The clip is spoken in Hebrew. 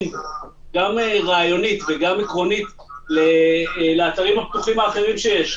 גם רעיונית וגם עקרונית לאתרים הפתוחים האחרים שיש,